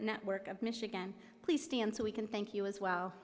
network of michigan please stand so we can thank you as well